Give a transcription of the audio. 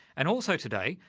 and also today,